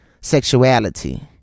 sexuality